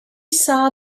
saw